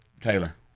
Taylor